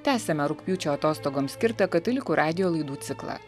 tęsiame rugpjūčio atostogoms skirtą katalikų radijo laidų ciklą